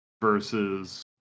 versus